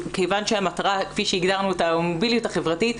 כיון שהמטרה כפי שהגדרנו אותה היא המוביליות החברתית,